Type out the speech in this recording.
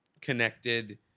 connected